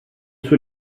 suo